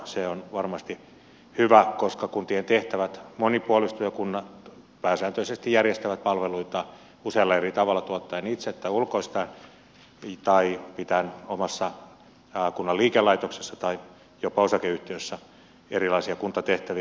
se on varmasti hyvä koska kuntien tehtävät monipuolistuvat ja kunnat pääsääntöisesti järjestävät palveluita usealla eri tavalla tuottaen ne itse tai ulkoistaen tai pitäen kunnan omassa liikelaitoksessa tai jopa osakeyhtiössä erilaisia kuntatehtäviä